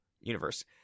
universe